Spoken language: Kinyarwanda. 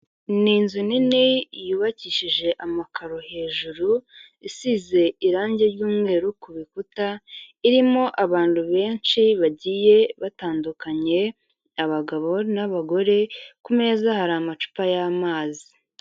Ni inzu nini yubakishije amakaro hejuru, isize irangi ry'umweru ku bikuta, irimo abantu benshi bagiye batandukanye abagabo n'abagore, ku meza hari amacupa y'amazi.